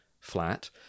flat